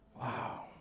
Wow